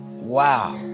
Wow